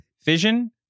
fission